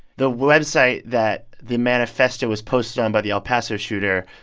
the website that the manifesto was posted on by the el paso shooter,